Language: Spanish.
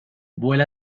vuela